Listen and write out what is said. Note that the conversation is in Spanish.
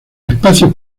espacio